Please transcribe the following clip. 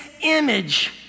image